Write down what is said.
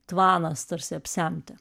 tvanas tarsi apsemti